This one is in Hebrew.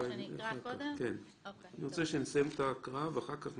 הוא מבקש לדעת מי הלקוח, מה ההסכמים שלך איתו.